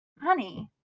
Honey